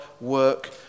work